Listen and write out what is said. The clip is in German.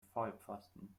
vollpfosten